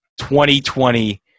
2020